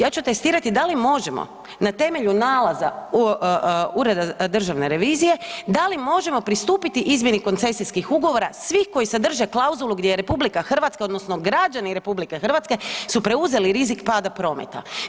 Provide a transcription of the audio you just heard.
Ja ću testirati da li možemo na temelju nalaza Ureda državne revizije, da li možemo pristupiti izmjeni koncesijskih ugovora svih koji sadrže klauzulu gdje je RH, odnosno građani RH su preuzeli rizik pada prometa.